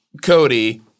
Cody